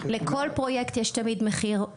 לכל פרויקט יש תמיד מחיר.